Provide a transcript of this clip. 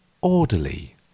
orderly